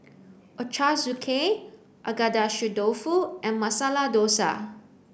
Ochazuke agedashi dofu and masala dosa